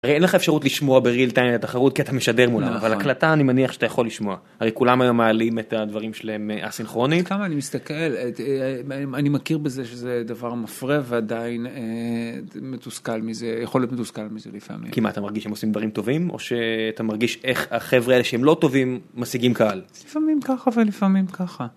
אין לך אפשרות לשמוע ב real time את התחרות כי אתה משדר מולה אבל הקלטה אני מניח שאתה יכול לשמוע הרי כולם היום מעלים את הדברים שלהם אסינכרונית. כמה אני מסתכל אני מכיר בזה שזה דבר מפרה ועדיין מתוסכל מזה יכול להיות מתוסכל מזה לפעמים. כי מה אתה מרגיש שעושים דברים טובים או שאתה מרגיש איך החבר'ה שהם לא טובים משיגים קהל. לפעמים ככה ולפעמים ככה.